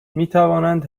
میتوانند